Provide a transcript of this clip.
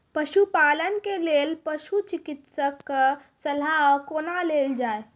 पशुपालन के लेल पशुचिकित्शक कऽ सलाह कुना लेल जाय?